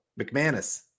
McManus